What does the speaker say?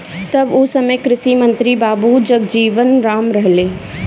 तब ओ समय कृषि मंत्री बाबू जगजीवन राम रहलें